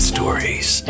Stories